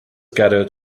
gathered